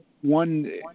one